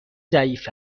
ضعیف